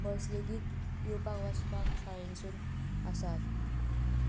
बस लेगीत येवपाक वसपाक शाळेनसून आसात